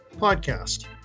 Podcast